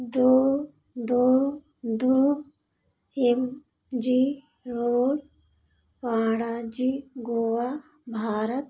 दो दो दो M G O Panaji Goa Bharat